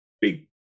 big